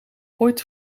ooit